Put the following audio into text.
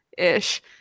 ish